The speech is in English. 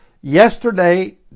yesterday